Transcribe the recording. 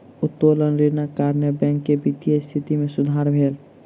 उत्तोलन ऋणक कारणेँ बैंक के वित्तीय स्थिति मे सुधार भेल